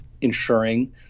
ensuring